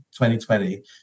2020